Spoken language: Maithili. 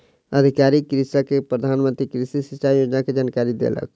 अधिकारी कृषक के प्रधान मंत्री कृषि सिचाई योजना के जानकारी देलक